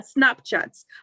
Snapchats